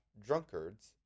drunkards